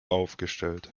aufgestellt